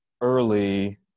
early